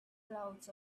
clouds